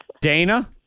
Dana